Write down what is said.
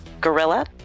Gorilla